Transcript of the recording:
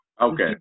Okay